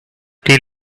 till